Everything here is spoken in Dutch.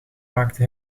maakte